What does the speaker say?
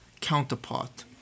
counterpart